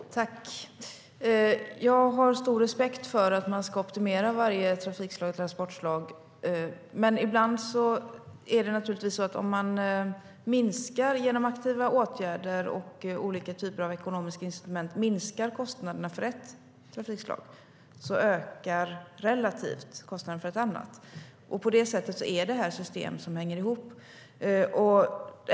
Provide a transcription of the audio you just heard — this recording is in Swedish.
Herr talman! Jag har stor respekt för att man ska optimera varje trafikslag och transportslag. Men ibland är det naturligtvis så att om man genom aktiva åtgärder och olika typer av ekonomiska incitament minskar kostnaderna för ett trafikslag ökar kostnaderna relativt sett för ett annat. På det sättet är detta system som hänger ihop.